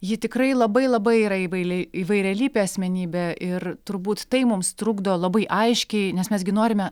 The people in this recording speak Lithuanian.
ji tikrai labai labai yra įvailiai įvairialypė asmenybė ir turbūt tai mums trukdo labai aiškiai nes mes gi norime